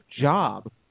job